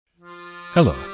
Hello